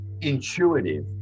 intuitive